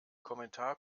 kommentar